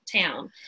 town